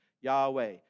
Yahweh